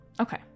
Okay